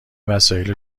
وسایل